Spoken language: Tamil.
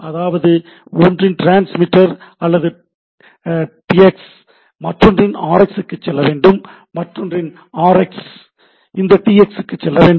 அதாவது ஒன்றின் டிரான்ஸ்மிட்டர் அல்லது டிஎக்ஸ் மற்றொன்றின் ஆர்எக்ஸ் க்கு செல்ல வேண்டும் மற்றொன்றின் ஆர்எக்ஸ் அந்த டிஎக்ஸ் க்கு செல்ல வேண்டும்